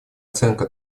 оценка